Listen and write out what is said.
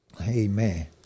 Amen